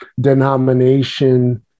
denomination